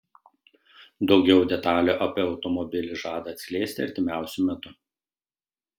daugiau detalių apie automobilį žada atskleisti artimiausiu metu